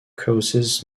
causes